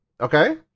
Okay